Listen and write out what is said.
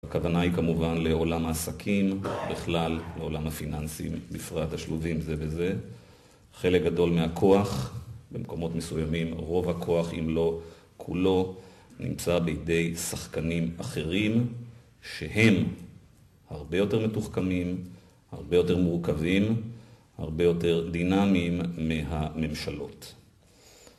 הכוונה היא כמובן לעולם העסקים בכלל, לעולם הפיננסים בפרט, השלובים זה בזה. חלק גדול מהכוח, במקומות מסוימים רוב הכוח אם לא כולו, נמצא בידי שחקנים אחרים, שהם הרבה יותר מתוחכמים, הרבה יותר מורכבים, הרבה יותר דינמיים מהממשלות.